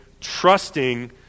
trusting